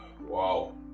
wow